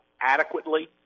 adequately